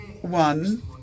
One